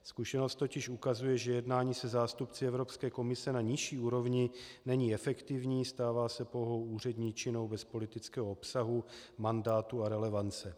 Zkušenost totiž ukazuje, že jednání se zástupci Evropské komise na nižší úrovni není efektivní, stává se pouhou úředničinou bez politického obsahu, mandátu a relevance.